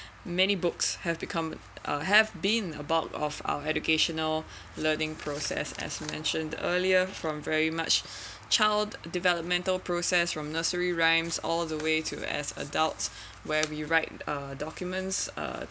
many books have become uh have been a bulk of our educational learning process as mentioned earlier from very much child developmental process from nursery rhymes all the way to as adults where we write uh documents uh